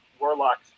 Warlock's